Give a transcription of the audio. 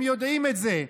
הם יודעים את זה,